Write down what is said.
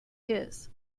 his